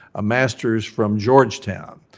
a master's from georgetown.